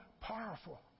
powerful